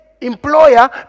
employer